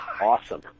awesome